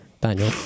Daniel